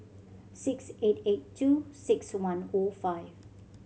six eight eight two six one O five